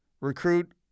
recruit